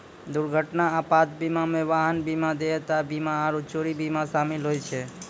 दुर्घटना आपात बीमा मे वाहन बीमा, देयता बीमा आरु चोरी बीमा शामिल होय छै